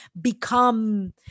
become